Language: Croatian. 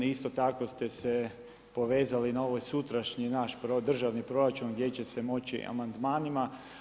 I isto tako ste se povezali na ovaj sutrašnji naš državni proračun gdje će se moći amandmanima.